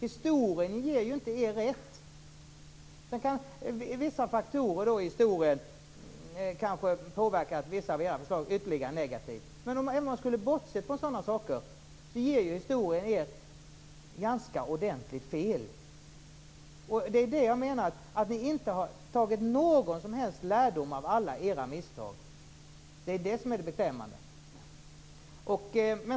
Historien ger er inte rätt. Vissa faktorer kanske har påverkat några av era förslag ytterligare negativt. Men bortsett från detta ger historien er ganska ordentligt fel. Ni har inte tagit någon som helst lärdom av alla era misstag. Det är det som är beklämmande.